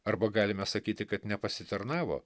arba galime sakyti kad nepasitarnavo